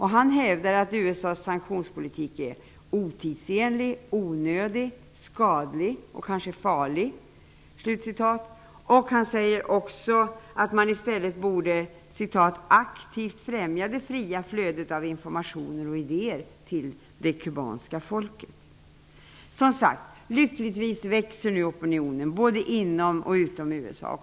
Han hävdar att ''USA:s sanktionspolitik är otidsenlig, onödig, skadlig och kanske farlig''. Han säger också att man i stället borde ''aktivt främja det fria flödet av information och idéer till det kubanska folket''. Som sagt växer lyckligtvis opinionen både inom och utanför USA.